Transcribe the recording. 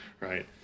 right